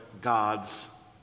God's